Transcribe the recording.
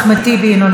אינו נוכח,